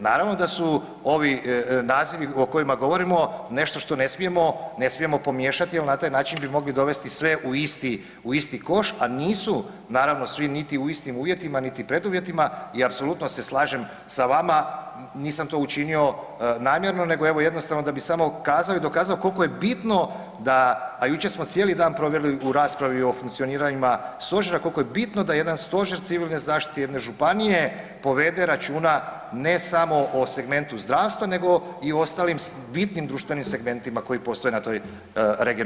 Naravno da su ovi nazivi o kojima govorimo nešto što ne smijemo, ne smijemo pomiješati jer na taj način bi mogli dovesti sve u isti, u isti koš, a nisu naravno niti svi u istim uvjetima, niti preduvjetima i apsolutno se slažem sa vama, nisam to učinio namjerno nego evo jednostavno da bi samo kazao i dokazao koliko je bitno da, a jučer smo cijeli dan proveli u raspravi o funkcioniranjima stožera, koliko je bitno da jedan stožer civilne zaštite jedne županije povede računa ne samo o segmentu zdravstva nego i o ostalim bitnim društvenim segmentima koji postoje na toj regionalnoj jedinici.